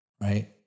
right